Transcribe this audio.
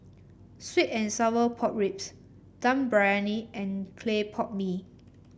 sweet and Sour Pork Ribs Dum Briyani and Clay Pot Mee